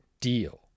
deal